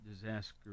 disaster